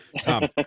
Tom